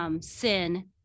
sin